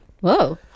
Whoa